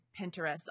Pinterest